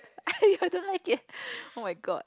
I don't like it oh-my-god